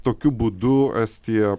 tokiu būdu estija